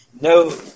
No